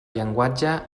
llenguatge